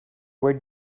where